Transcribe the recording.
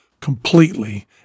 completely